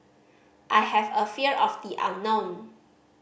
I have a fear of the unknown